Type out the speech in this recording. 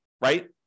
right